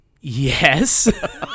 Yes